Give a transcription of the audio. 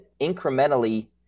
incrementally